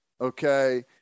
okay